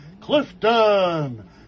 Clifton